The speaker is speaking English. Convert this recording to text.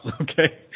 Okay